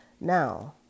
Now